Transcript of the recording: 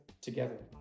together